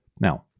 now